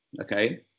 okay